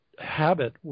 Habit